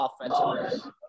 offensively